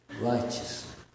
righteous